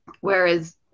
whereas